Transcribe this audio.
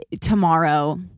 tomorrow